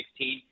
2016